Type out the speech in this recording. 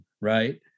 Right